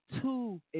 two